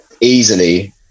easily